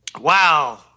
Wow